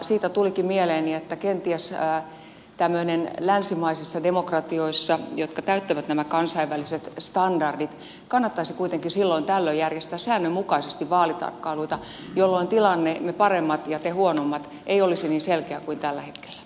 siitä tulikin mieleeni että kenties länsimaisissa demokratioissa jotka täyttävät nämä kansainväliset standardit kannattaisi kuitenkin silloin tällöin järjestää säännönmukaisesti vaalitarkkailuita jolloin tilanne me paremmat ja te huonommat ei olisi niin selkeä kuin tällä hetkellä